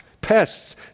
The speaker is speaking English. pests